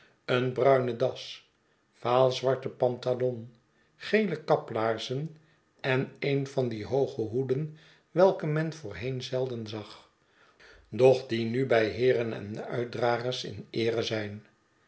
een bruine das vaal zwarten pantalon geele kaplaarzen en een van die hooge hoeden welke men voorheen zelden zag doch die nu bij heeren en uitdragers in eere zijn